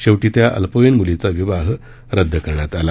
शेवटी त्या अल्पवयीन मुलीचा विवाह रदद करण्यात आला